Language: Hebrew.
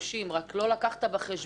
רק לא לקחת בחשבון,